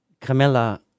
Camilla